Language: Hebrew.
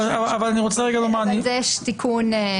יש תיקון.